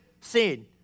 Sin